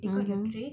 mmhmm